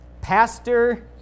Pastor